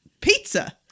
pizza